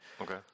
Okay